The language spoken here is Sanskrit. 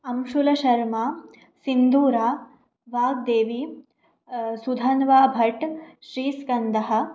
अंशुलशर्मा सिन्धूरा वाग्देवी सुधन्वा भट् श्रीस्कन्दः